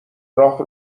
راه